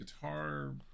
guitar –